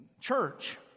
church